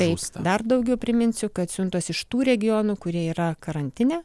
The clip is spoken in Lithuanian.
taip dar daugiau priminsiu kad siuntos iš tų regionų kurie yra karantine